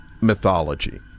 mythology